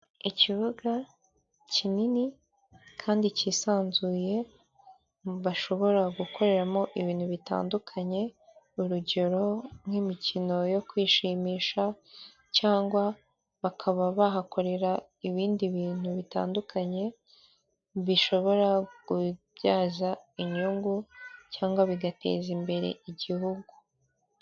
Ikibuga kinini kandi kisanzuye, bashobora gukoreramo ibintu bitandukanye, urugero nk'imikino yo kwishimisha cyangwa bakaba bahakorera ibindi bintu bitandukanye, bishobora kubyaza inyungu cyangwa bigateza imbere igihugu.